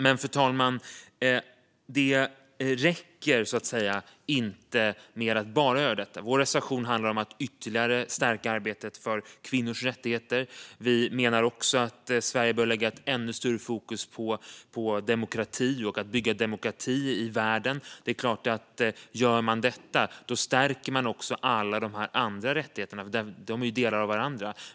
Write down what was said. Men, fru talman, det räcker inte att bara göra detta. Vår reservation handlar om att ytterligare stärka arbetet för kvinnors rättigheter. Vi menar också att Sverige bör lägga ett ännu större fokus på demokrati och att bygga demokrati i världen. Det är klart att om man gör detta stärker man också alla de andra rättigheterna; de är ju delar av varandra.